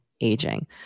aging